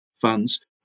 funds